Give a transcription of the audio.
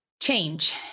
change